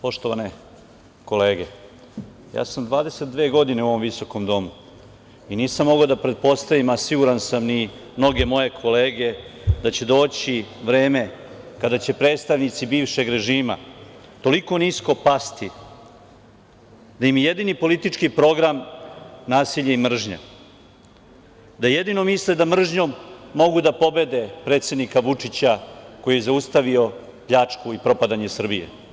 Poštovane kolege, ja sam 22 godine u ovom visokom domu i nisam mogao da pretpostavim, a siguran sam ni mnoge moje kolege, da će doći vreme kada će predstavnici bivšeg režima toliko nisko pasti da im je jedini politički program nasilje i mržnja, da jedino misle da mržnjom mogu da pobede predsednika Vučića, koji je zaustavio pljačku i propadanje Srbije.